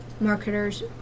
marketers